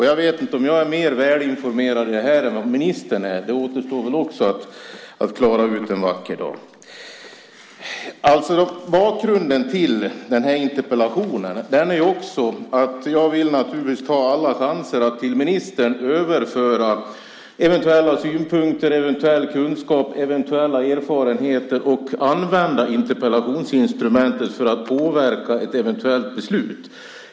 Jag vet inte om jag är mer välinformerad här än vad ministern är. Det återstår väl också att klara ut en vacker dag. Bakgrunden till den här interpellationen är naturligtvis att jag vill ta alla chanser att till ministern överföra eventuella synpunkter, kunskaper och erfarenheter och använda interpellationsinstrumentet för att påverka ett eventuellt beslut.